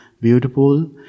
beautiful